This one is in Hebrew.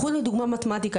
קחו לדוגמה מתמטיקה.